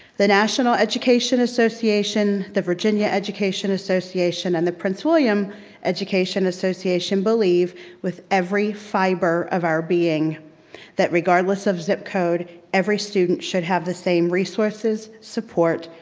the national education association, the virginia education association and the prince william education association believe with every fiber of our being that regardless of zip code every student should have the same resources, support,